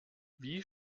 wie